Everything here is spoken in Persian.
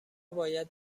باید